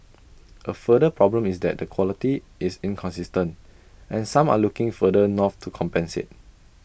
A further problem is that the quality is inconsistent and some are looking further north to compensate